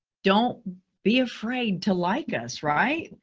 don't be afraid to like us, right?